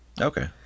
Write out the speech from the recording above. Okay